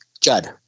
Judd